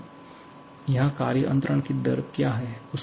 अब यहाँ कार्य अंतरण की दर क्या है